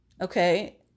okay